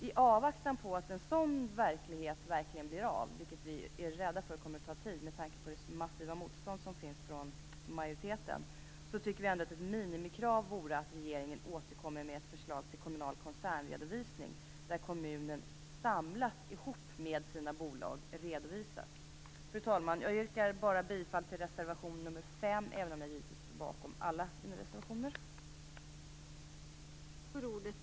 I avvaktan på att en sådan verklighet blir av, vilket vi är rädda för kommer att ta tid med tanke på det massiva motstånd som finns från majoriteten, tycker vi att ett minimikrav borde vara att regeringen återkommer med förslag till kommunal koncernredovisning, där kommunverksamheten ihop med bolagen redovisas. Jag yrkar bifall endast till reservation 5, även om jag givetvis står bakom alla våra reservationer.